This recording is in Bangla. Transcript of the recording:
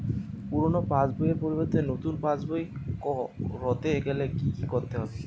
পুরানো পাশবইয়ের পরিবর্তে নতুন পাশবই ক রতে গেলে কি কি করতে হবে?